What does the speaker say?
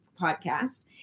podcast